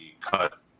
cut